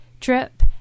trip